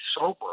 sober